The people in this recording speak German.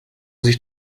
sich